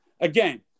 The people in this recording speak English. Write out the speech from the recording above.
again